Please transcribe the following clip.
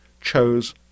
chose